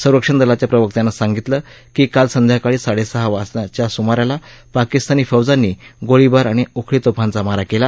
संरक्षण दलाच्या प्रवक्त्यानं सांगितलं की काल संध्याकाळी साडेसहा च्या स्मारास पाकिस्तानी फौजांनी गोळीबार आणि उखळी तोफांचा मारा केला